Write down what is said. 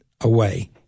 away